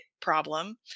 Problem